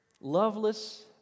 loveless